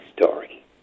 story